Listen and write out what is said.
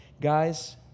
Guys